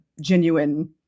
genuine